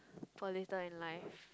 for later in life